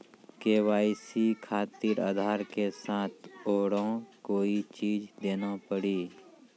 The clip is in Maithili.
के.वाई.सी खातिर आधार के साथ औरों कोई चीज देना पड़ी?